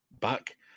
back